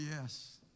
yes